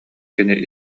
кини